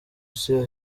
still